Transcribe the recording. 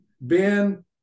Ben